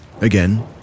Again